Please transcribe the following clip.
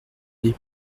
des